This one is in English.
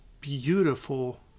beautiful